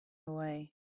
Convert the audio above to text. away